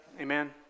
Amen